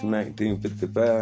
1955